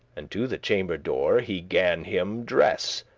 and to the chamber door he gan him dress